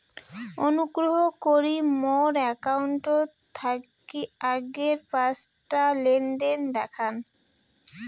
অনুগ্রহ করি মোর অ্যাকাউন্ট থাকি আগের পাঁচটা লেনদেন দেখান